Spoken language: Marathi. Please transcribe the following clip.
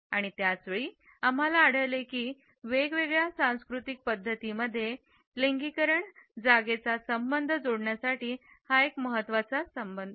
आणि त्याच वेळी आम्हाला आढळले की वेगवेगळ्या सांस्कृतिक पद्धतीमध्ये लिंगीकरण जागेचा संबंध जोडण्यासाठी हा एक महत्त्वाचा संदेश आहे